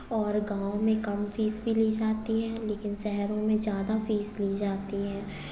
और गांव में कम फीस भी ली जाती है लेकिन शहरों में ज़्यादा फीस ली जाती हैं